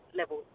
level